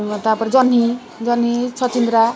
ତାପରେ ଜହ୍ନି ଜହ୍ନି ଛଚିନ୍ଦ୍ରା